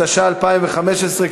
התשע"ה 2015,